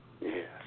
Yes